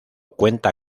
cuenta